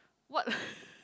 what